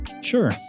Sure